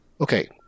okay